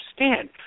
understand